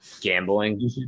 Gambling